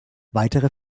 weitere